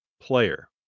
player